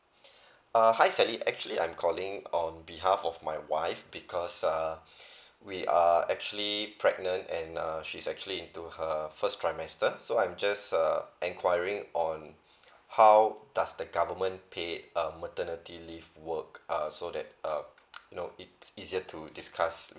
uh hi sally actually I'm calling on behalf of my wife because uh we are actually pregnant and uh she's actually into her first trimester so I'm just uh enquiring on how does the government paid um maternity leave work uh so that uh you know it's easier to discuss